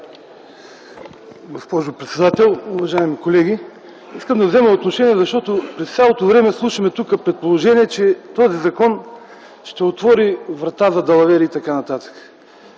господин председател, уважаеми колеги! Искам да взема отношение, защото през цялото време слушаме тука, че този закон ще отвори врата за далавери и така нататък.